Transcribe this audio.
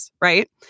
right